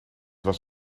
was